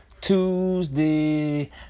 Tuesday